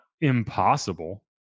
impossible